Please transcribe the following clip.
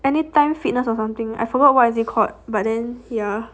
anytime fitness or something I forgot what is it called but then ya